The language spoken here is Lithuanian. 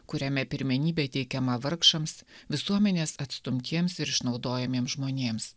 kuriame pirmenybė teikiama vargšams visuomenės atstumtiems ir išnaudojamiems žmonėms